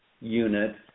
unit